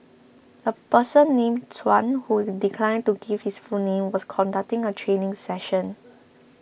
a person named Chuan who declined to give his full name was conducting a training session